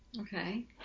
okay